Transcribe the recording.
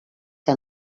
que